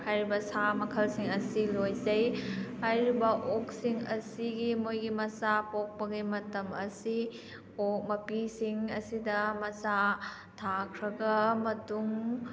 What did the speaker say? ꯍꯥꯏꯔꯤꯕ ꯁꯥ ꯃꯈꯜꯁꯤꯡ ꯑꯁꯤ ꯂꯣꯏꯖꯩ ꯍꯥꯏꯔꯤꯕ ꯑꯣꯛꯁꯤꯡ ꯑꯁꯤꯒꯤ ꯃꯣꯏꯒꯤ ꯃꯆꯥ ꯄꯣꯛꯄꯒꯤ ꯃꯇꯝ ꯑꯁꯤ ꯑꯣꯛ ꯃꯄꯤꯁꯤꯡ ꯑꯁꯤꯗ ꯃꯆꯥ ꯊꯥꯈ꯭ꯔꯕ ꯃꯇꯨꯡ